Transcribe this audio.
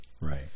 Right